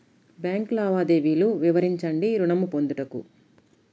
Bank లావాదేవీలు వివరించండి ఋణము పొందుటకు?